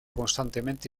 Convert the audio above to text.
constantemente